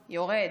יורד,